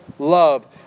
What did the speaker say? love